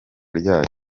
ryayo